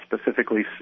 specifically